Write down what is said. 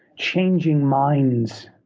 changing minds,